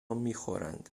میخورند